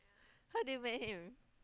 how did you met him